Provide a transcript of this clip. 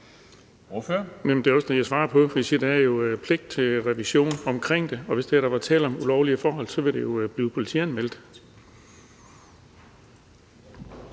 Det er også det, jeg svarer på. Jeg siger, at der er pligt til revision af det, og hvis der var tale om ulovlige forhold, ville det jo blive politianmeldt.